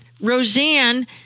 Roseanne